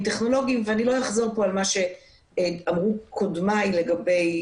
כל מה שיש לנו בשביל להילחם במגפה